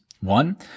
One